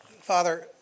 Father